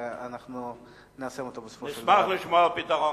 ואנחנו ניישם אותו בסופו של דבר.